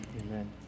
Amen